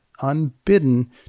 unbidden